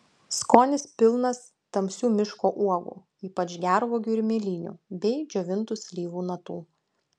skonis pilnas tamsių miško uogų ypač gervuogių ir mėlynių bei džiovintų slyvų natų